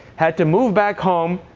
had to move back home,